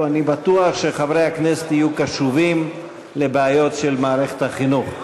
אני בטוח שחברי הכנסת יהיו קשובים לבעיות של מערכת החינוך.